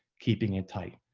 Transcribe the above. keeping it tight.